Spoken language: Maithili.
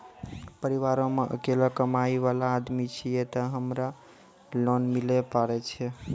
परिवारों मे अकेलो कमाई वाला आदमी छियै ते हमरा लोन मिले पारे छियै?